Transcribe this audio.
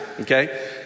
Okay